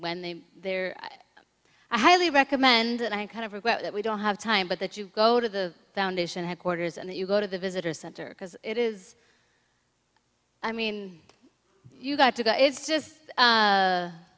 they there i highly recommend and i kind of regret that we don't have time but that you go to the foundation headquarters and you go to the visitor center because it is i mean you got to go it's just a